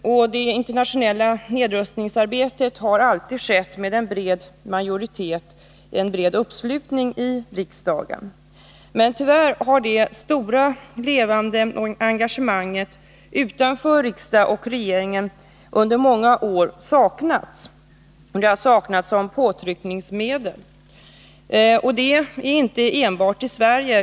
Insatserna i det internationella nedrustningsarbetet har alltid skett med en bred uppslutning i riksdagen, men tyvärr har det stora levande engagemanget utanför riksdagen och regeringen under många år saknats. Det har saknats som påtryckningsmedel, och det gäller inte enbart i Sverige.